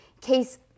case